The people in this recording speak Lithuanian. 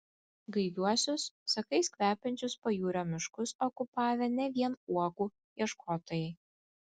gaiviuosius sakais kvepiančius pajūrio miškus okupavę ne vien uogų ieškotojai